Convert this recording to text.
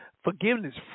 Forgiveness